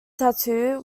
tattoo